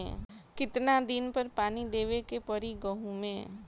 कितना दिन पर पानी देवे के पड़ी गहु में?